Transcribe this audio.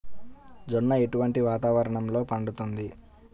జొన్న ఎటువంటి వాతావరణంలో పండుతుంది?